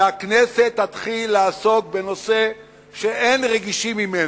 והכנסת תתחיל לעסוק בנושא שאין רגישים ממנו.